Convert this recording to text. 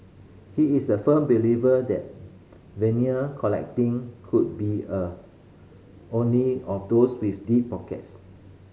he is a firm believer that vinyl collecting could be a only of those with deep pockets